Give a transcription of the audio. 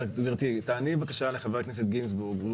תעני בבקשה לחבר הכנסת גינזבורג.